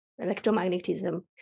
electromagnetism